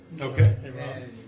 Okay